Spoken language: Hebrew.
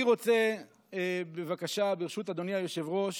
אני רוצה בבקשה, ברשות אדוני היושב-ראש,